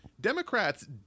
Democrats